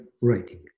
writing